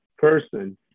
person